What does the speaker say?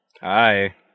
hi